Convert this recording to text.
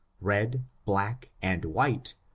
red, black, and white,